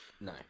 No